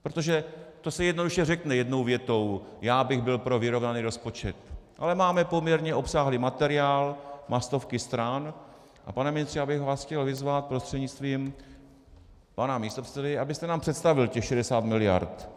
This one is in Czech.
Protože to se jednoduše řekne jednou větou, já bych byl pro vyrovnaný rozpočet, ale máme poměrně obsáhlý materiál, má stovky stran, a pane ministře, já bych vás chtěl vyzvat prostřednictvím pana místopředsedy, abyste nám představil těch 60 miliard.